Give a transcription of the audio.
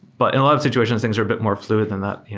but in a lot of situations, things are a bit more fluid than that.